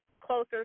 closer